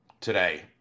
today